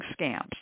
scams